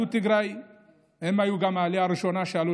יהדות תיגראי היו גם העלייה הראשונה שעלו